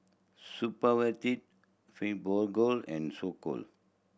Supravit Fibogel and Isocal